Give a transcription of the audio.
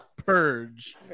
Purge